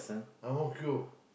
Ang-Mo-Kio